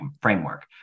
framework